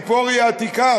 ציפורי העתיקה,